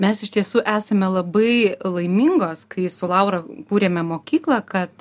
mes iš tiesų esame labai laimingos kai su laura kūrėme mokyklą kad